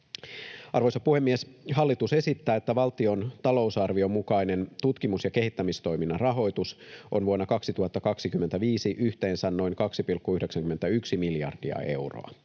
Arvoisa puhemies! Hallitus esittää, että valtion talousarvion mukainen tutkimus- ja kehittämistoiminnan rahoitus on vuonna 2025 yhteensä noin 2,91 miljardia euroa.